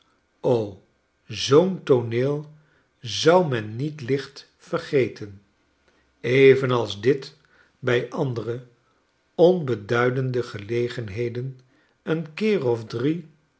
o zoo'n tooneel zou men niet licht vergeten evenals dit bij andere onbeduidende gelegenheden een keer of drie